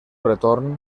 retorn